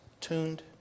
tuned